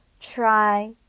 try